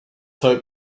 hope